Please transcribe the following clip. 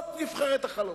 זאת נבחרת החלומות.